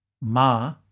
Ma